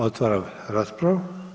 Otvaram raspravu.